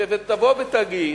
שתבוא ותגיד: